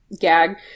gag